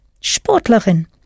Sportlerin